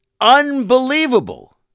Unbelievable